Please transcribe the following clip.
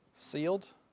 Sealed